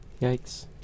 Yikes